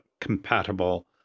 compatible